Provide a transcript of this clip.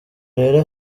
rero